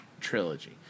trilogy